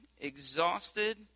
exhausted